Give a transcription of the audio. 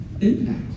Impact